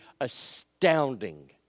astounding